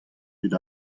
dud